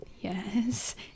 yes